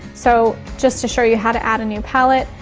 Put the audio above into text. so just to show you how to add a new palette,